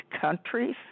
countries